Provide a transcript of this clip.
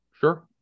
Sure